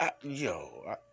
yo